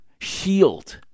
shield